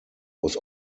was